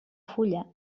fulla